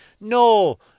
No